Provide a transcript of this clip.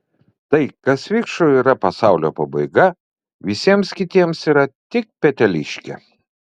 tai kas vikšrui yra pasaulio pabaiga visiems kitiems yra tik peteliškė